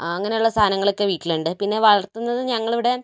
അങ്ങനെയുള്ള സാധനങ്ങളൊക്കെ വീട്ടിലുണ്ട് പിന്നെ വളർത്തുന്നത് ഞങ്ങളിവിടെ